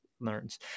learns